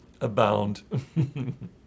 abound